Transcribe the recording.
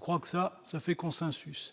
croit que ça, ça fait consensus